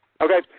Okay